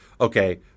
okay